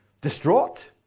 distraught